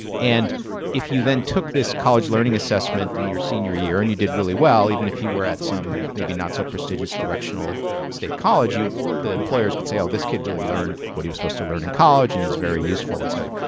and if you then took this college learning assessment in your senior year and you did really well, even if you were at some maybe not so prestigious directional state college, the employers could say, ah this kid really learned what he was supposed to learn in college, and he's very useful, etc.